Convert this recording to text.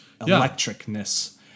electricness